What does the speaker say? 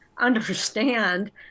understand